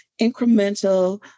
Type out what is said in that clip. incremental